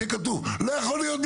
לא יכול להיות,